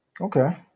Okay